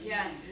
Yes